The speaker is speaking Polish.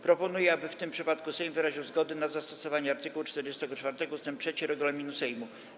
Proponuję, aby w tym przypadku Sejm wyraził zgodę na zastosowanie art. 44 ust. 3 regulaminu Sejmu.